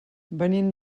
venim